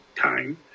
time